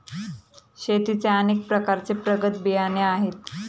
शेतीचे अनेक प्रकारचे प्रगत बियाणे आहेत